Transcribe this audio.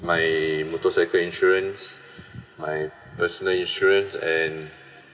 my motorcycle insurance my personal insurance and